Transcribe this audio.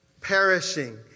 perishing